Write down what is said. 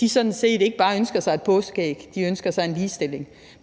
de sådan set ikke bare ønsker sig et påskeæg, de ønsker sig ligestilling